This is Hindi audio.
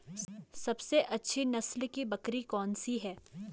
सबसे अच्छी नस्ल की बकरी कौन सी है?